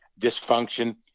dysfunction